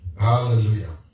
Hallelujah